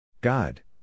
God